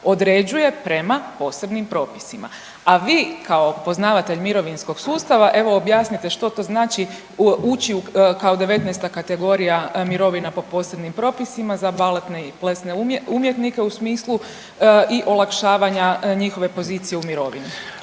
određuje prema posebnim propisima. A vi kao poznavatelj mirovinskog sustava evo objasnite što to znači ući kao devetnaesta kategorija mirovina po posebnim propisima za baletne i plesne umjetnike u smislu i olakšavanja njihove pozicije u mirovini.